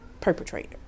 perpetrator